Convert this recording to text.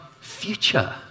future